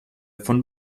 von